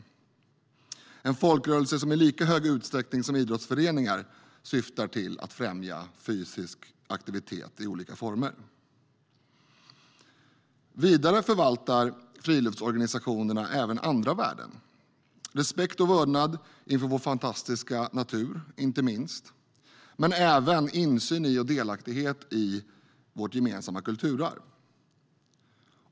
Det är en folkrörelse som i lika stor utsträckning som idrottsföreningar syftar till att främja fysisk aktivitet i olika former. Vidare förvaltar friluftsorganisationerna även andra värden, inte minst respekt och vördnad inför vår fantastiska natur. Men det gäller även insyn i och delaktighet i vårt gemensamma kulturarv.